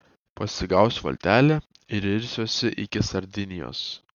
pasigausiu valtelę ir irsiuosi iki sardinijos